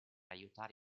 aiutare